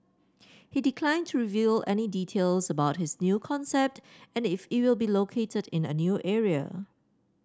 he declined to reveal any details about his new concept and if it will be located in a new area